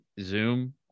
Zoom